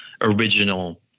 original